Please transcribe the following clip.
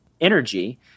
energy